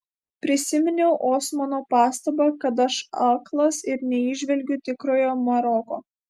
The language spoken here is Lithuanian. prisiminiau osmano pastabą kad aš aklas ir neįžvelgiu tikrojo maroko